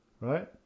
right